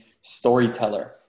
storyteller